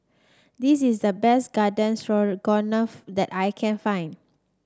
this is the best Garden Stroganoff that I can find